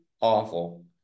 awful